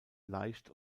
leicht